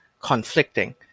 conflicting